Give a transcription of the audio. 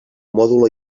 mòdul